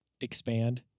Expand